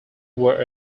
were